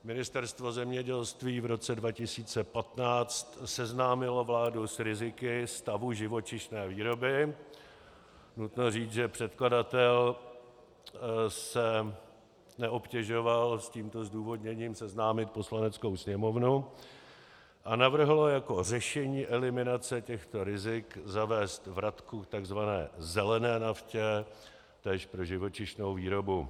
Ministerstvo zemědělství v roce 2015 seznámilo vládu s riziky stavu živočišné výroby, nutno říct, že předkladatel se neobtěžoval s tímto zdůvodněním seznámit Poslaneckou sněmovnu, a navrhl jako řešení eliminace těchto rizik zavést vratku k tzv. zelené naftě též pro živočišnou výrobu.